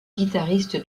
guitariste